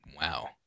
Wow